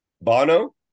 Bono